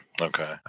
Okay